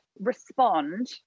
respond